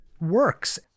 works